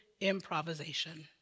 improvisation